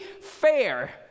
fair